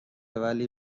ولی